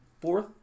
fourth